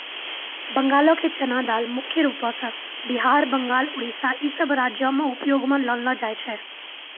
बंगालो के चना दाल मुख्य रूपो से बिहार, बंगाल, उड़ीसा इ सभ राज्यो मे उपयोग मे लानलो जाय छै